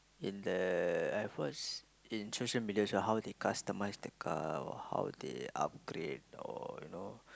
in the at first in social media how they customise the car or how they upgrade or you know